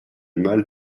mal